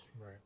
Right